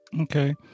Okay